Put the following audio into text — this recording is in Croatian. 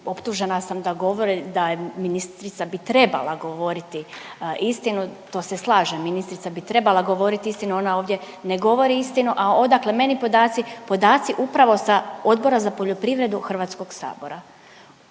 optužena sam da govori…, da je, ministrica bi trebala govoriti istinu, to se slažem, ministrica bi trebala govorit istinu, ona ovdje ne govori istinu, a odakle meni podaci? Podaci upravo sa Odbora za poljoprivredu HS i svih onih